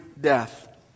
death